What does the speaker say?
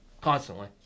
constantly